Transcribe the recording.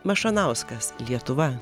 mašanauskas lietuva